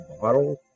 bottle